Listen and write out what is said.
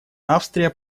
австрия